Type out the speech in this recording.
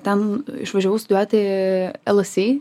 ten išvažiavau studijuoti lsi